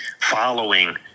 following